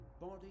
body